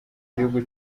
gihugu